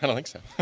kind of think so.